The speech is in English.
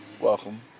welcome